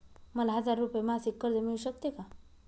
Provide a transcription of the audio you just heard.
मला हजार रुपये मासिक कर्ज मिळू शकते का?